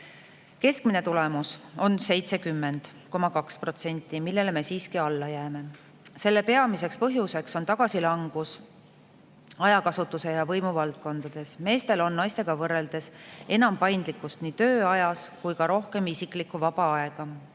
Keskmine tulemus on 70,2 punkti, millele me siiski alla jääme. Selle peamiseks põhjuseks oli tagasilangus ajakasutuse ja võimu valdkondades. Meestel on naistega võrreldes enam paindlikkust nii tööajas kui ka rohkem isiklikku vaba aega.